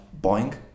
Boeing